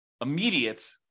immediate